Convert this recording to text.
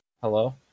hello